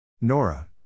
Nora